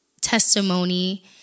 testimony